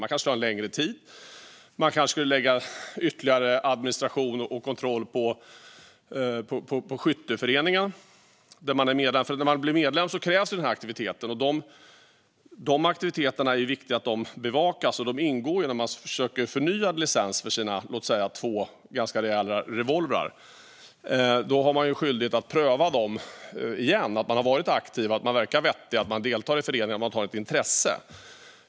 Det kanske ska vara längre tid. Kanske ska ytterligare administration och kontrollarbete läggas på skytteföreningen. När man blir medlem i en skytteförening krävs det att man är aktiv, och det är viktigt att bevaka aktiviteterna. Det ingår när man söker förnyad licens för sina till exempel två rejäla revolvrar. Då finns en skyldighet att pröva att man har varit aktiv i föreningens arbete, är vettig och har ett intresse.